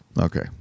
Okay